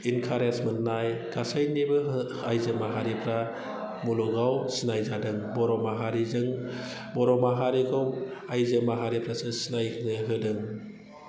encourage मोननाय गासैनिबो आइजो माहारिफ्रा मुलुगाव सिनाय जादों बर' माहारिजों बर' माहारिखौ आइजो माहारिफ्रासो सिनायनो होदों